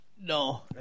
No